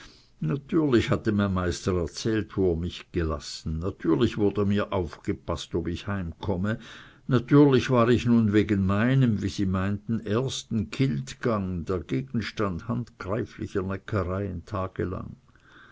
natürlich hatte mein meister erzählt wo er mich gelassen natürlich wurde mir aufgepaßt ob ich heimkomme natürlich war ich nun wegen meinem wie sie meinten ersten kiltgang der gegenstand handgreiflicher neckereien tagelang